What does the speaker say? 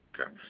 Okay